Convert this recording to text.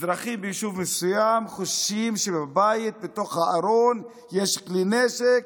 אזרחים ביישוב מסוים חוששים שבבית בתוך הארון יש כלי נשק,